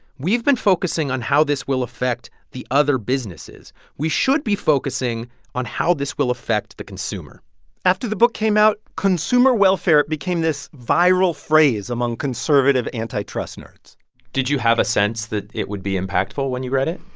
we've been focusing on how this will affect the other businesses. we should be focusing on how this will affect the consumer after the book came out, consumer welfare, it became this viral phrase among conservative antitrust nerds did you have a sense that it would be impactful when you read it?